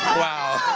wow.